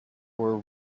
were